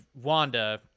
Wanda